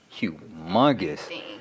humongous